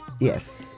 Yes